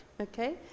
okay